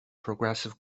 progressive